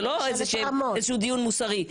זה לא איזה שהוא דיון מוסרי,